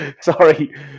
Sorry